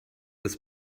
des